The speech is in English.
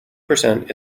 percent